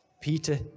Peter